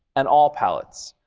and all palettes,